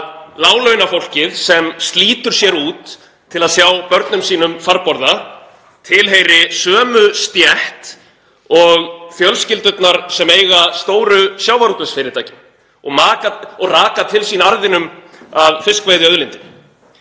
láglaunafólkið sem slítur sér út til að sjá börnum sínum farborða tilheyri sömu stétt og fjölskyldurnar sem eiga stóru sjávarútvegsfyrirtækin og raka til sín arðinum af fiskveiðiauðlindinni?